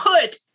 put